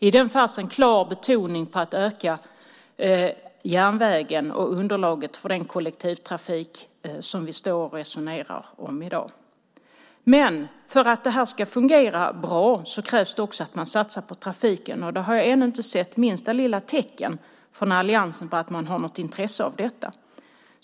I den fanns en klar betoning på att öka järnvägstrafiken och underlaget för den kollektivtrafik som vi resonerar om i dag. Men för att det ska fungera bra krävs det också att man satsar på trafiken, och jag har ännu inte sett minsta lilla tecken på att alliansen har något intresse av detta.